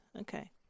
okay